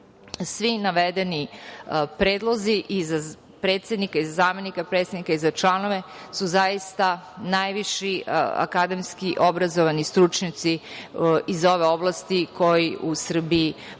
Svi navedeni predlozi i za predsednika i za zamenika predsednika i za članove su zaista najviši akademski obrazovani stručnjaci iz ove oblasti koji u Srbiji postoje.U